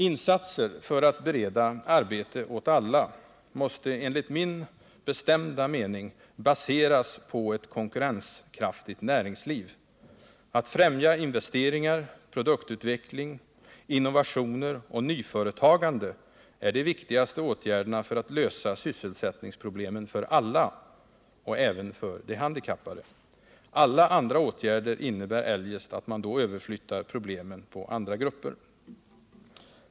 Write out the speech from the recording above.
Insatser för att bereda arbete åt alla måste enligt min bestämda mening baseras på ett konkurrenskraftigt näringsliv. Att främja investeringar, produktutveckling, innovationer och nyföretagande är de viktigaste åtgärderna för att lösa sysselsättningsproblemen för alla —- även för handikappade. Alla andra åtgärder innebär eljest att man överflyttar problemen på andra grupper.